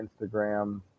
Instagram